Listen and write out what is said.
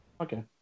Okay